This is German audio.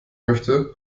möchte